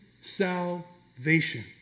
salvation